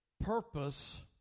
purpose